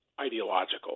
ideological